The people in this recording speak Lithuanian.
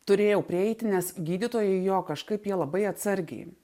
turėjau prieiti nes gydytojai jo kažkaip jie labai atsargiai